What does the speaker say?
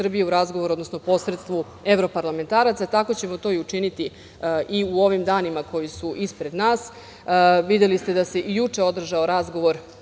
u razgovoru, odnosno posredstvu evroparlamentaraca, tako ćemo to učiniti i u ovim danima koji su ispred nas. Videli ste da se i juče održao razgovor